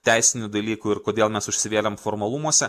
teisinių dalykų ir kodėl mes užsivėlėm formalumuose